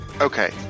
Okay